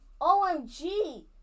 OMG